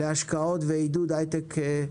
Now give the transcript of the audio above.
להשקעות ועידוד הייטק.